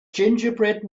gingerbread